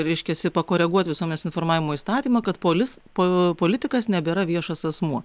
reiškiasi pakoreguot visuomenės informavimo įstatymą kad polis po politikas nebėra viešas asmuo